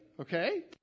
Okay